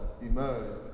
emerged